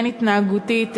הן התנהגותית,